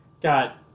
got